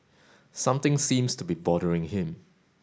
something seems to be bothering him